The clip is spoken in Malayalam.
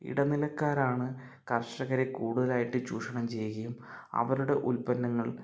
ഇടനിലക്കാരാണ് കർഷകരെ കൂടുതലായിട്ട് ചൂഷണം ചെയ്യുകയും അവരുടെ ഉത്പ്പന്നങ്ങൾ